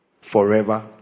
forever